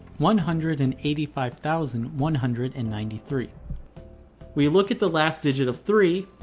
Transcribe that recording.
one hundred and eighty five thousand one hundred and ninety three we look at the last digit of three.